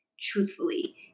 truthfully